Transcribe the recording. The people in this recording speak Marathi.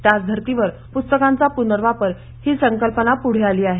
त्याच धर्तीवर प्स्तकांचा प्नर्वापर ही संकल्पना पुढे आली आहे